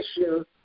issue